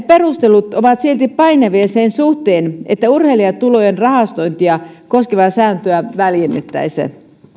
perustelut ovat silti painavia sen suhteen että urheilijatulojen rahastointia koskevaa sääntöä väljennettäisiin